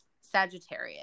Sagittarius